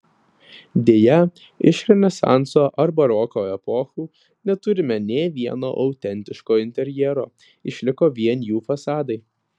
deja iš renesanso ar baroko epochų neturime nė vieno autentiško interjero išliko vien jų fasadai